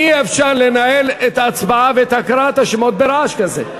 אי-אפשר לנהל את ההצבעה ואת הקראת השמות ברעש כזה.